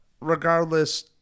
regardless